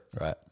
Right